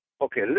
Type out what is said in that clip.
Okay